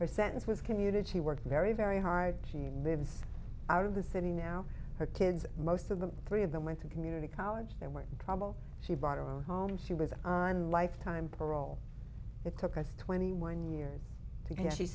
her sentence was commuted she worked very very hard she moves out of the city now her kids most of them three of them went to community college there were trouble she bought her own home she was on lifetime parole it took us twenty one years